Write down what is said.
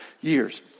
years